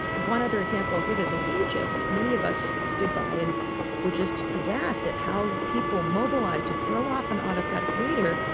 one other example i'll give is in egypt. many of us stood by and were just aghast at how people mobilised to throw off an autocratic leader,